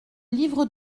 livre